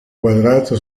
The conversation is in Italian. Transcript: quadrato